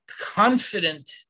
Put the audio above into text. confident